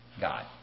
God